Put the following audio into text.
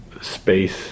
space